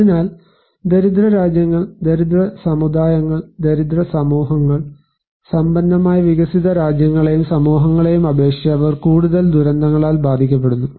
അതിനാൽ ദരിദ്ര രാജ്യങ്ങൾ ദരിദ്ര സമുദായങ്ങൾ ദരിദ്ര സമൂഹങ്ങൾ സമ്പന്നമായ വികസിത രാജ്യങ്ങളെയും സമൂഹങ്ങളെയും അപേക്ഷിച്ച് അവർ കൂടുതൽ ദുരന്തങ്ങളാൽ ബാധിക്കപ്പെടുന്നു